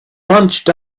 bunched